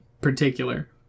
particular